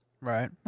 right